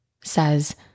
says